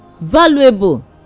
valuable